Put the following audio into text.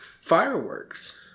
fireworks